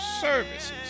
services